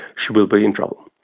she will be in trouble.